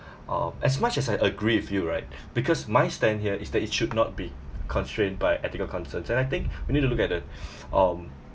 uh as much as I agree with you right because my stand here is that it should not be constrained by ethical concerns and I think we need to look at the um